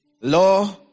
law